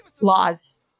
laws